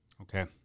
Okay